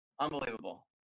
Unbelievable